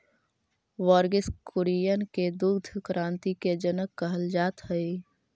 वर्गिस कुरियन के दुग्ध क्रान्ति के जनक कहल जात हई